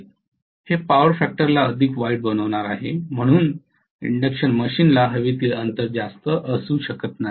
हे पॉवर फॅक्टरला अधिक वाईट बनवणार आहे म्हणूनच इंडक्शन मशीनला हवेतील अंतर जास्त असू शकत नाही